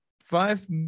five